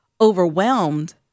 overwhelmed